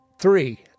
three